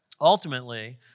ultimately